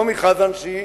נעמי חזן, שהיא